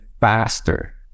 faster